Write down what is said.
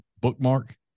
bookmark